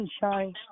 sunshine